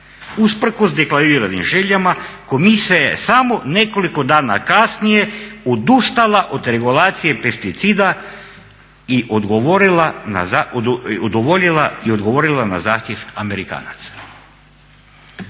Usprkos deklariranim željama Komisija je samo nekoliko dana kasnije odustala od regulacije pesticida i odgovorila, i udovoljila